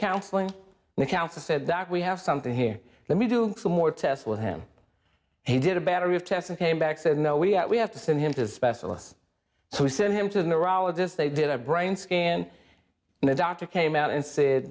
counseling and counsel said that we have something here let me do some more tests with him he did a battery of tests and came back said no we have to send him to specialise so we sent him to the neurologist they did a brain scan and the doctor came out and said